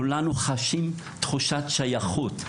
כולנו חשים תחושת שייכות.